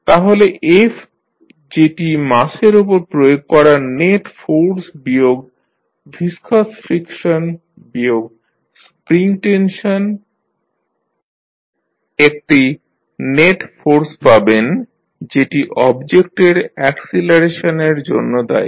তাহলে যেটি মাসের ওপর প্রয়োগ করা নেট ফোর্স বিয়োগ ভিসকাস ফ্রিকশন বিয়োগ স্প্রিং টেনশন একটি নেট ফোর্স পাবেন যেটি অবজেক্টের অ্যাকসিলারেশানের জন্য দায়ী